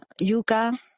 yuca